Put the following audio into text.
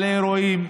בעלי מקומות אירועים,